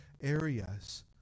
areas